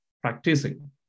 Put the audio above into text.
practicing